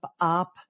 up